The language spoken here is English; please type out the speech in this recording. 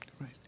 Right